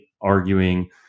arguing